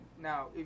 Now